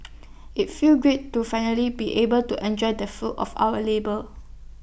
IT felt great to finally be able to enjoy the fruits of our labour